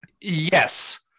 yes